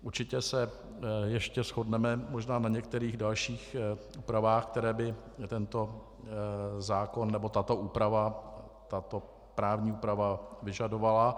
Určitě se ještě shodneme možná na některých dalších úpravách, které by tento zákon nebo tato právní úprava vyžadovala.